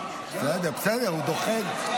בסדר, הוא דוחה.